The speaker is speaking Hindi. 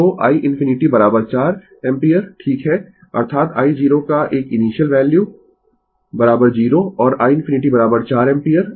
तो i ∞ 4 एम्पीयर ठीक है अर्थात i0 का एक इनीशियल वैल्यू 0 और i ∞ 4 एम्पीयर